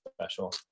special